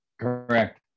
Correct